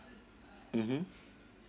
mmhmm